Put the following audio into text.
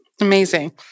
Amazing